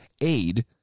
aid